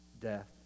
Death